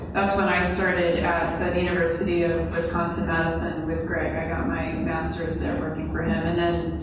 when i started at the university of wisconsin madison with greg. i got my master's there working for him, and then,